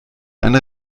eine